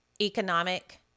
economic